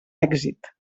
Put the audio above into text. èxit